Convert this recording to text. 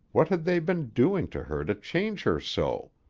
what had they been doing to her to change her so?